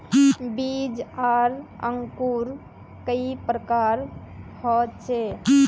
बीज आर अंकूर कई प्रकार होचे?